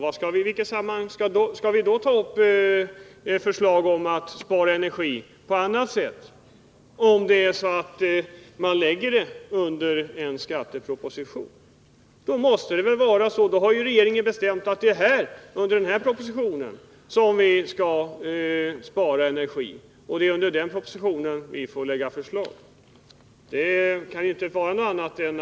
Men om regeringen väljer att lägga fram sådana förslag i en skatteproposition, har ju regeringen bestämt att det är i de former som där föreslås som vi skall spara energi, och vi får då lägga fram våra förslag i anslutning till den propositionen.